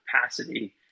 capacity